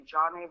John